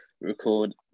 record